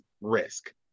risk